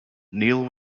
neale